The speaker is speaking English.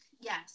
Yes